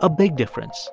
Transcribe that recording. a big difference.